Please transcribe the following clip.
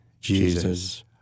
Jesus